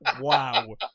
wow